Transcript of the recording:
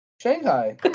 Shanghai